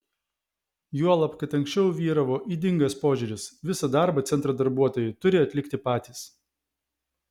juolab kad anksčiau vyravo ydingas požiūris visą darbą centro darbuotojai turi atlikti patys